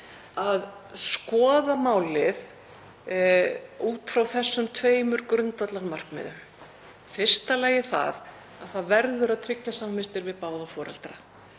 að skoða málið út frá þessum tveimur grundvallarmarkmiðum. Í fyrsta lagi verður að tryggja samvistir við báða foreldra.